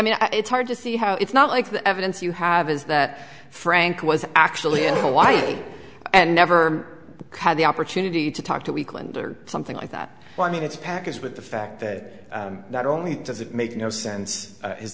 mean it's hard to see how it's not like the evidence you have is that frank was actually in hawaii and never had the opportunity to talk to weakland or something like that i mean it's a package but the fact that not only does it make no sense